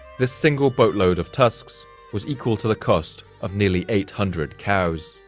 this single boatload of tusks was equal to the cost of nearly eight hundred cows.